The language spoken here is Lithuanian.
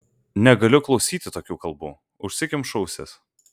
negaliu klausyti tokių kalbų užsikemšu ausis